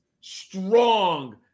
strong